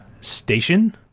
Station